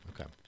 Okay